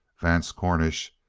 vance cornish,